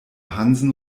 hansen